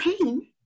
pain